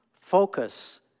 focus